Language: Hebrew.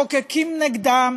מחוקקים נגדם,